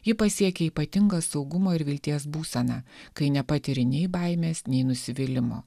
ji pasiekia ypatingą saugumo ir vilties būseną kai nepatiri nei baimės nei nusivylimo